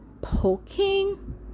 poking